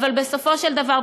אבל בסופו של דבר,